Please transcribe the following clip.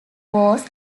was